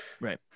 Right